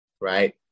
Right